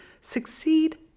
Succeed